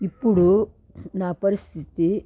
ఇప్పుడు నా పరిస్థితి